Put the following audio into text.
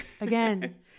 Again